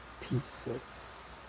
pieces